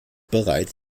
bereit